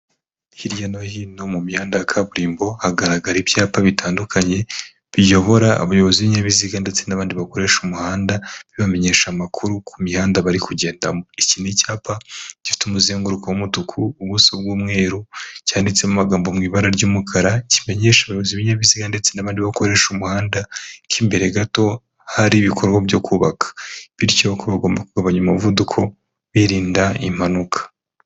Hirya no hino mu mihanda ya kaburimbo hagaragara ibyapa bitandukanye, biyobora abayobozi b'ibinyabiziga ndetse n'abandi bakoresha umuhanda, bibamenyesha amakuru ku mihanda bari kugendamo iki n’icyapa cy’umuzenguruko w'umutuku ubuso bw'umweru cyanditsemo amagambo mw’ibara ry'umukara, kimenyesha abayobozi, ibinyabiziga ndetse n'abandi bakoresha umuhanda kw’imbere gato hari ibikorwa byo kubaka bityo ko bagomba kugabanya umuvuduko birinda impanuka.